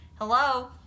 Hello